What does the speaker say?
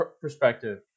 perspective